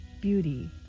beauty